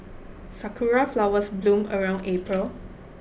sakura flowers bloom around April